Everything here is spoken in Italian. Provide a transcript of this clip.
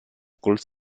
col